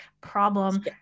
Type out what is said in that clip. problem